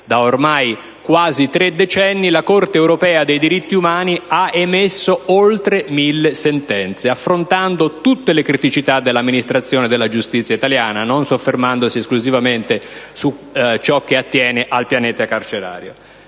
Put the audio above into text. ma ormai da quasi tre decenni), la Corte europea dei diritti umani ha emesso oltre 1000 sentenze, affrontando tutte le criticità dell'amministrazione della giustizia italiana, e non soffermandosi esclusivamente su ciò che attiene al pianeta carcerario.